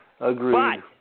Agreed